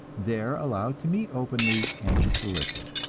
there allowed to meet openly and to solicit.